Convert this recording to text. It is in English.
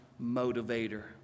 motivator